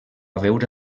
veure